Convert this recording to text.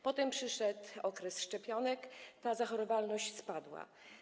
Potem przyszedł okres szczepionek, ta zachorowalność spadła.